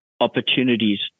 opportunities